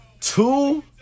Two